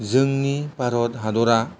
जोंनि भारत हादरा